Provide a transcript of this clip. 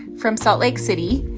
from salt lake city.